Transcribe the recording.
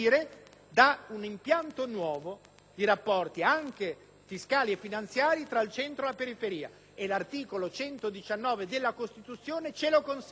da un impianto nuovo di rapporti anche fiscali e finanziari tra il centro e le autonomie territoriali, e l'articolo 119 della Costituzione ce lo consente.